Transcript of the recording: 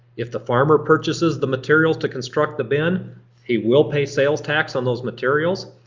if the farmer purchases the materials to construct the bin he will pay sales tax on those materials.